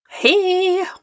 Hey